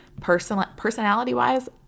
personality-wise